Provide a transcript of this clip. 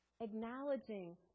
acknowledging